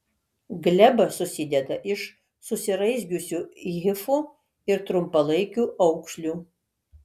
gleba susideda iš susiraizgiusių hifų ir trumpalaikių aukšlių